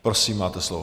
Prosím, máte slovo.